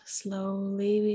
slowly